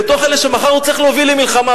לתוך אלה שמחר הוא צריך להוביל למלחמה,